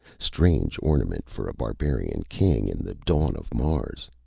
strange ornament for a barbarian king, in the dawn of mars.